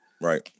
right